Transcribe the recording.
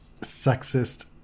sexist